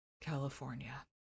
California